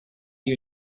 you